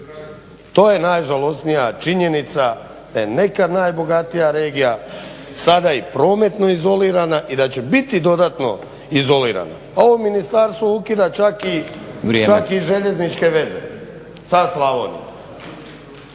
To je najžalosnija činjenica da je nekad najbogatija regija sada i prometno izolirana i da će biti dodatno izolirana. Ovo ministarstvo ukida čak i željezničke veze sa Slavonijom.